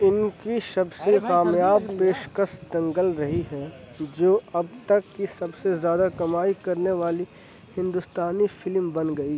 ان کی سب سے کامیاب پیشکش دنگل رہی ہے جو اب تک کی سب سے زیادہ کمائی کرنے والی ہندوستانی فلم بن گئی